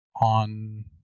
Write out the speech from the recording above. on